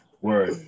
Word